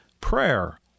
prayer